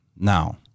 now